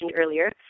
earlier